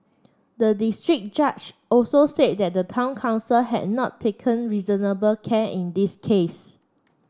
the district judge also said that the town council had not taken reasonable care in this case